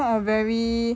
not a very